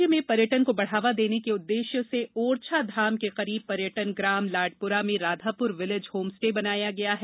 राज्य में पर्यटन को बढ़ावा देने के उद्देश्य से ओरछा धाम के करीब पर्यटन ग्राम लाडपुरा में राधापुर विलेज होम स्टे बनाया गया है